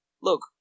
Look